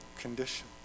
condition